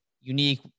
Unique